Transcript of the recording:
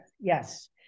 Yes